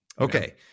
Okay